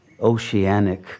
oceanic